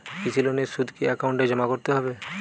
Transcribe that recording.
কৃষি লোনের সুদ কি একাউন্টে জমা করতে হবে?